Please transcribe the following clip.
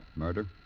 Murder